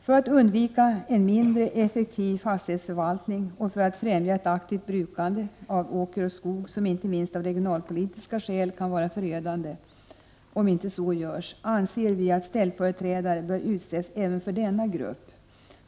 För att undvika en mindre effektiv fastighetsförvaltning och för att främja ett aktivt brukande av åker och skog, som inte minst av regionalpolitiska skäl kan vara förödande att underlåta, anser vi att ställföreträdare bör utses även för denna grupp.